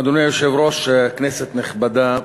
אדוני היושב-ראש, כנסת נכבדה,